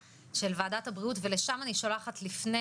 יש עדכוני טלגרם של וועדת הבריאות ולשם אני שולחת לפני